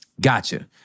gotcha